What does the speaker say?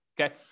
Okay